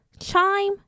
chime